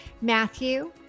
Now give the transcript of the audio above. Matthew